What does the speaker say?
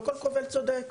לא כל קובל צודק,